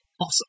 Awesome